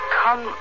come